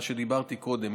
מה שאמרתי קודם,